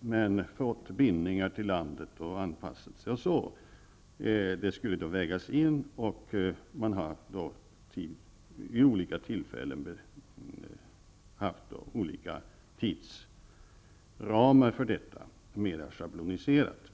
-- har fått bindningar till landet och anpassat sig här, skall vägas in. Man har vid olika tillfällen haft olika tidsramar för detta mera schabloniserat.